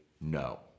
no